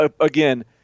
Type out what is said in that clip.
again